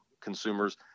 consumers